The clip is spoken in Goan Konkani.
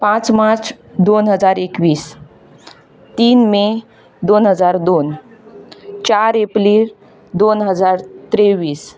पांच मार्च दोन हजार एकवीस तीन मे दोन हजार दोन चार एप्रील दोन हजार त्रेवीस